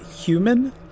human